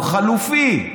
הוא חלופי.